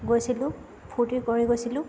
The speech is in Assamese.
গৈছিলোঁ ফূৰ্তি কৰি গৈছিলোঁ